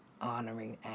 honoring